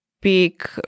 big